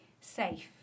safe